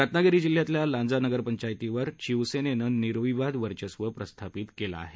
रत्नागिरी जिल्ह्यातल्या लांजा नगरपंचायतीवर शिवसेनेनं निर्विवाद वर्चस्व प्रस्थापित केलं आहे